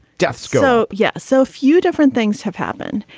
deaths go yes. so a few different things have happened.